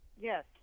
Yes